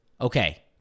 Okay